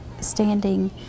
standing